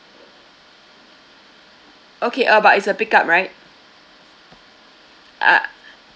okay uh but it's a pick up right ah